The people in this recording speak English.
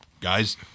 guys